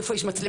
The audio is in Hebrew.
איפה יש מצלמה,